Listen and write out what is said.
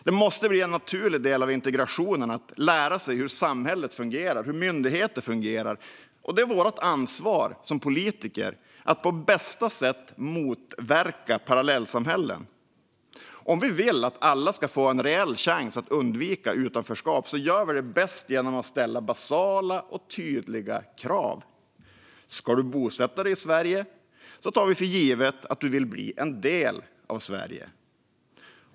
Det måste bli en naturlig del av integrationen att lära sig hur samhället fungerar och hur myndigheter fungerar. Det är vårt ansvar som politiker att på bästa sätt motverka parallellsamhällen. Om vi vill att alla ska få en reell chans att undvika utanförskap gör vi det bäst genom att ställa basala och tydliga krav: Ska du bosätta dig i Sverige tar vi för givet att du vill bli en del av Sverige.